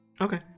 Okay